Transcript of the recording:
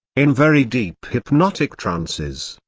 in very deep hypnotic trances,